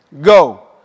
Go